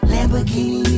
Lamborghini